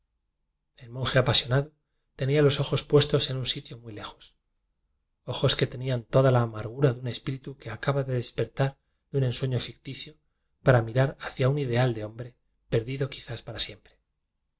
apasionado tenía los ojos puestos en un sitio muy lejos ojos que tenían toda la amargura de un es píritu que acababa de despertar de un en sueño ficticio para mirar hacia un ideal de hombre perdido quizá para siempre